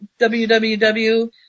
WWW